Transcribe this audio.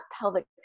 pelvic